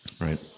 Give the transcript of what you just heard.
right